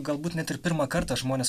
galbūt net ir pirmą kartą žmonės